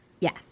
Yes